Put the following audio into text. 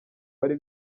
bari